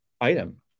item